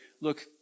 look